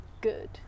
good